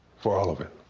for all of it.